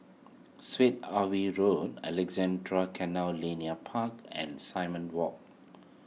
Syed Alwi Road Alexandra Canal Linear Park and Simon Walk